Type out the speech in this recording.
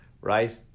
right